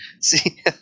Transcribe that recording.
See